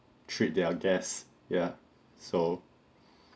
treat their guests ya so